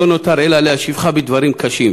ולא נותר אלא להשיבך בדברים קשים.